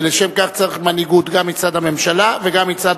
ולשם כך צריך מנהיגות גם מצד הממשלה וגם מצד